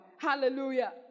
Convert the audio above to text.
Hallelujah